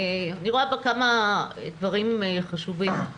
אני רואה בה כמה דברים חשובים,